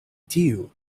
tiu